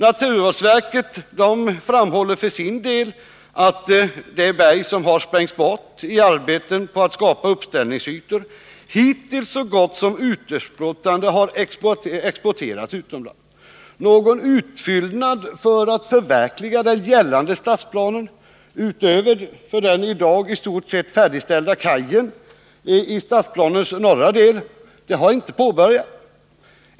Naturvårdsverket framhåller för sin del att de bergmassor som har sprängts bort i arbetet på att Nr 30 skapa uppställningsytor hittills så gott som uteslutande har exporterats Fredagen den utomlands. Någon utfyllnad för att förverkliga den gällande stadsplanen — 16 november 1979 utöver för den i dag i stort sett färdigställda kajen i stadsplanens norra del—har inte påbörjats.